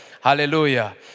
Hallelujah